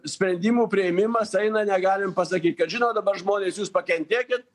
sprendimų priėmimas eina negalim pasakyt kad žinot dabar žmonės jūs pakentėkit